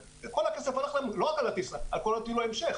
כל הכסף הלך להם לא רק על הטיסה אלא גם על טיול ההמשך.